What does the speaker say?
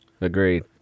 Agreed